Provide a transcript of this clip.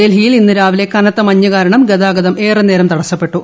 ഡൽഹിയിൽ ഇന്ന് രാവിലെ കനത്ത മഞ്ഞ് കാരണം ഗതാഗതം ഏറെ നേരം തടസ്സപ്പെട്ടു